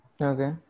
Okay